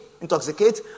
intoxicate